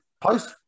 post